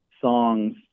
songs